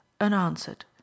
unanswered